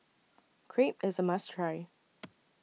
Crepe IS A must Try